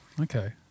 Okay